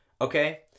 Okay